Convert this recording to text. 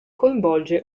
coinvolge